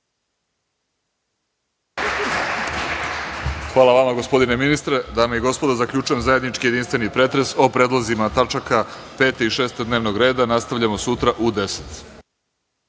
vama gospodine ministre. Dame i gospodo, zaključujem zajednički jedinstveni pretres o predlozima tačaka 5. i 6. dnevnog reda. Nastavljamo sutra u 10,00